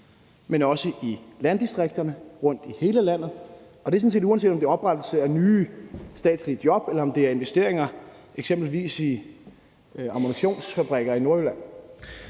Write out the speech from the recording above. men også i landdistrikterne, rundtom i hele landet, og det er sådan set, uanset om det er oprettelse af nye statslige job, eller om det er investeringer i eksempelvis ammunitionsfabrikker i